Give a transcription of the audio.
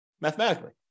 mathematically